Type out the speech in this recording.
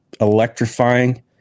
electrifying